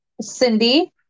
Cindy